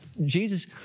Jesus